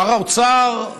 שר האוצר,